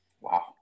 Wow